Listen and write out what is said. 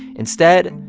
instead,